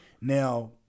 Now